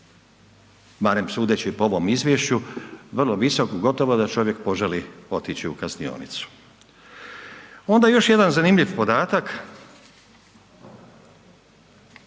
barem sudeći po ovom izvješću, vrlo visok, gotovo da čovjek poželi otići u kaznionicu. Onda još jedan zanimljiv podatak,